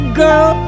girl